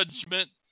judgment